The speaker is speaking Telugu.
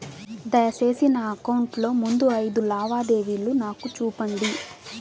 దయసేసి నా అకౌంట్ లో ముందు అయిదు లావాదేవీలు నాకు చూపండి